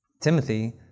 Timothy